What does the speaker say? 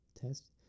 test